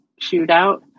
shootout